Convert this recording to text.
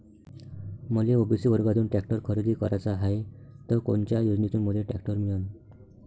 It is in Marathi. मले ओ.बी.सी वर्गातून टॅक्टर खरेदी कराचा हाये त कोनच्या योजनेतून मले टॅक्टर मिळन?